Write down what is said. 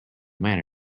manner